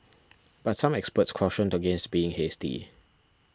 but some experts cautioned against being hasty